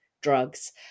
drugs